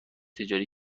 تجاری